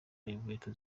inkweto